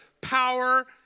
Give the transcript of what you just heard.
power